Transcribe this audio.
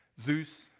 Zeus